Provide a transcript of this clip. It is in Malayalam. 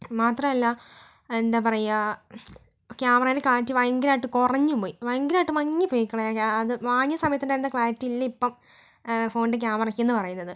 മാത്രമല്ല എന്താ പറയാ ക്യാമറയുടെ ക്ലാരിറ്റി ഭയങ്കരമായിട്ട് കുറഞ്ഞുപോയി ഭയങ്കരമായിട്ട് മങ്ങിപ്പോയി അത് വാങ്ങിയ സമയത്തുണ്ടായിരുന്ന ക്ലാരിറ്റി ഇല്ല ഇപ്പം ഫോണിൻ്റെ ക്യാമറയ്ക്കെന്ന് പറയുന്നത്